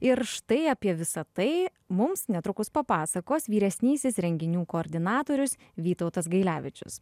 ir štai apie visa tai mums netrukus papasakos vyresnysis renginių koordinatorius vytautas gailevičius